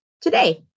today